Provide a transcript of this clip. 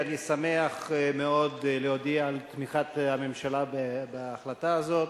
אני שמח מאוד להודיע על תמיכת הממשלה בהצעה הזאת.